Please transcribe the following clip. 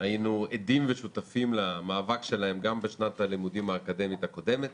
היינו עדים ושותפים למאבק שלהם גם בשנת הלימודים האקדמית הקודמת